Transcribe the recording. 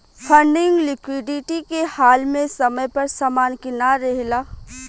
funding liquidity के हाल में समय पर समान के ना रेहला